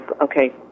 okay